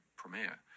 premiere